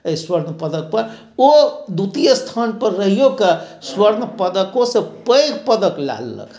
एहि स्वर्ण पदक पर ओ द्वितीय स्थान पर रहियोके स्वर्ण पदको से पैघ पदक लै लेलक